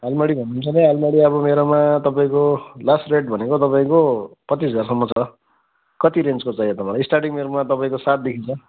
आलमारी भन्नुहुन्छ भने आलमारी अब मेरोमा तपाईँको लास्ट रेट भनेको तपाईँको पच्चिस हजारसम्म छ कति रेन्जको चाहियो तपाईँलाई स्टार्टिङ मेरोमा तपाईँको सातदेखिन् छ